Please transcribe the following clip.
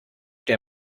der